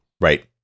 Right